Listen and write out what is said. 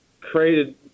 created